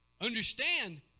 understand